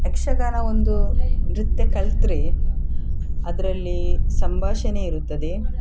ಯಕ್ಷಗಾನ ಒಂದು ನೃತ್ಯ ಕಲಿತ್ರೆ ಅದ್ರಲ್ಲಿ ಸಂಭಾಷಣೆ ಇರುತ್ತದೆ